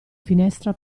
finestra